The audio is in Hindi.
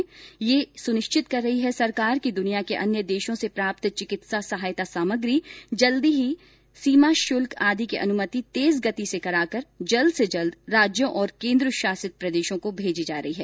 वह यह सुनिश्चित कर रही है कि दुनिया के अन्य देशों से प्राप्त चिकित्सा सहायता सामग्री से संबंधित सीमा शुल्क आदि की अनुमति तेज गति से कराकर जल्दी से जल्दी राज्यों और केन्द्र शासित प्रदेशों को भेजी जा रही है